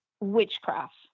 witchcraft